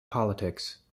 politics